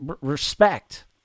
respect